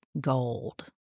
gold